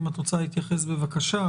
אם את רוצה להתייחס, בבקשה.